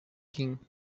king